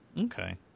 Okay